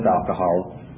alcohol